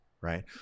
right